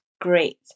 great